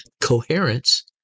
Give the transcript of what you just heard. coherence